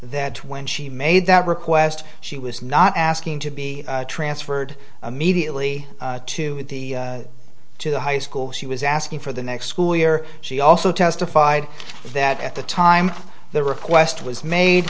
that when she made that request she was not asking to be transferred immediately to the to the high school she was asking for the next school year she also testified that at the time the request was made